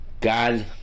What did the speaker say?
God